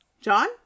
John